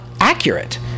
accurate